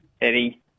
Eddie